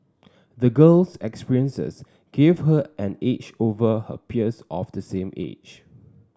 the girl's experiences gave her an edge over her peers of the same age